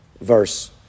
verse